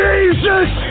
Jesus